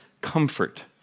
comfort